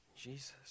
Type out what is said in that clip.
Jesus